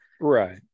right